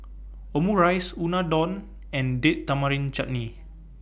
Omurice Unadon and Date Tamarind Chutney